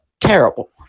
terrible